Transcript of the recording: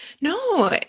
No